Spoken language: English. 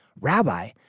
Rabbi